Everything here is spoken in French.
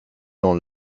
dans